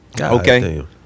Okay